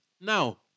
now